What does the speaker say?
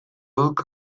dut